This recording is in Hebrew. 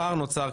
הפער נוצר,